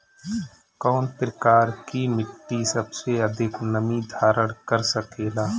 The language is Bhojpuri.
कौन प्रकार की मिट्टी सबसे अधिक नमी धारण कर सकेला?